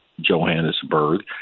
johannesburg